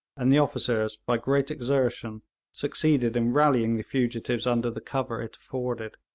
and the officers by great exertion succeeded in rallying the fugitives under the cover it afforded.